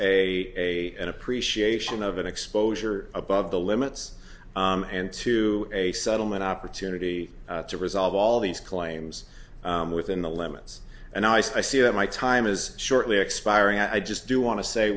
a an appreciation of an exposure above the limits and to a settlement opportunity to resolve all these claims within the limits and i see that my time is shortly expiring i just do want to